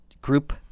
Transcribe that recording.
group